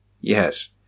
Yes